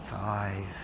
five